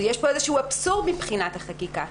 ויש כאן איזשהו אבסורד מבחינת החקיקה.